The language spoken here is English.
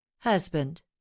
Husband